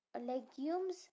legumes